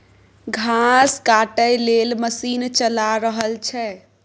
घास काटय लेल मशीन चला रहल छै